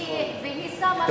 והיא שמה,